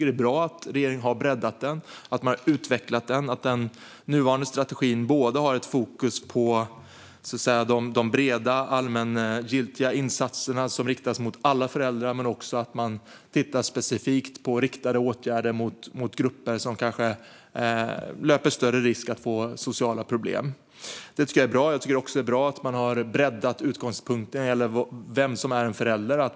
Det är bra att regeringen har breddat och utvecklat den och att den nuvarande strategin både har fokus på de breda, allmängiltiga insatserna som riktas mot alla föräldrar och tittar specifikt på riktade åtgärder för grupper som kanske löper större risk att få sociala problem. Det är bra. Det är också bra att man har breddat utgångspunkten för vem som räknas som förälder.